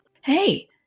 Hey